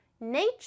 nature